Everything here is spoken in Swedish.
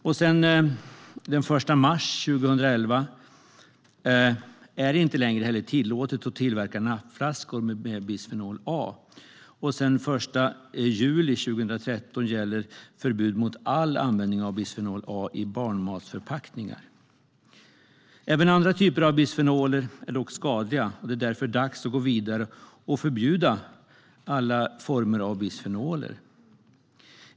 Och sedan den 1 mars 2011 är det inte längre tillåtet att tillverka nappflaskor med bisfenol A, och sedan den 1 juli 2013 gäller förbud mot all användning av bisfenol A i barnmatsförpackningar. Även andra typer av bisfenoler är dock skadliga. Det är därför dags att gå vidare och förbjuda alla former av bisfenoler.